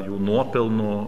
jų nuopelnų